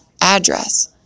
Address